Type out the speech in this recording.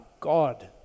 God